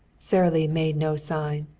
sara lee made no sign.